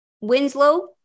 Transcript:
Winslow